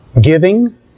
giving